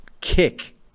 kick